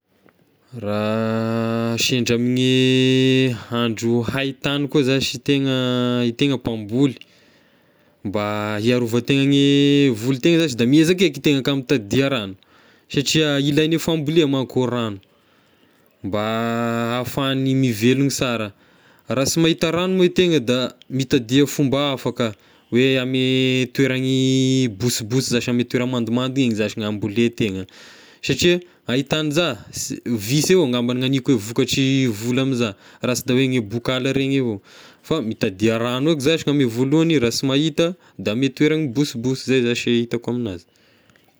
Raha sendra amin'ny andro haitagny koa zashy e tegna e tegna mpamboly, mba hiarova tegna ny voly tegna zashy, da miezaka eky tegna ka mitadià ragno satria ilaigny fambole ah manko e ragno, mba ahafahany mivelogna sara, raha sy mahita ragno moa e tegna da mitadià fomba hafa ka hoe ame toerany bosibosy zashy ame toera mandomando igny zashy ny hamboletegna satria ahita anza si- visy eo angamba ny agniko hoe vokatry voly amiza rasy da hoe gne bokala regny avao fa mitadià ragno eky zashy ame voalohany, raha sy mahita da ame toerany bosibosy zay zashy hitako aminazy.